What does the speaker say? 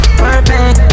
perfect